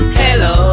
hello